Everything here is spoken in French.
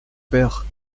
père